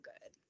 good